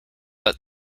but